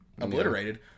obliterated